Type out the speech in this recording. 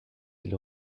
ils